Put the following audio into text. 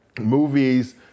movies